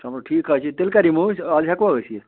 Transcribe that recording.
چلو ٹھیٖک حظ چھُ تیٚلہِ کَر یِمو أسۍ اَز ہٮ۪کوا أسۍ یِتھ